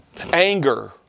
Anger